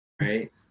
right